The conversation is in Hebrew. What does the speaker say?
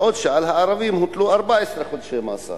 בעוד שעל הערבים הוטלו 14 חודשי מאסר.